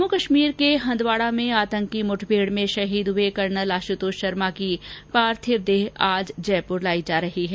जम्मू कश्मीर के हंदवाडा में आतंकी मुठभेड में शहीद हुए कर्नल आश्रतोष शर्मा की पार्थिव देह आज जयपुर लाई जा रही है